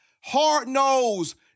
hard-nosed